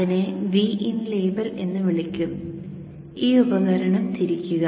അതിനെ Vin label എന്ന് വിളിക്കും ഈ ഉപകരണം തിരിക്കുക